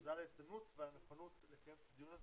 תודה על ההזדמנות והנכונות לקיים את הדיון הזה.